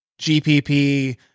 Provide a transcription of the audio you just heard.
GPP